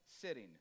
sitting